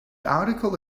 article